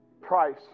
price